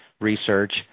research